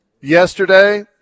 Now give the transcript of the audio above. Yesterday